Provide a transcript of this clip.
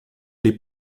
les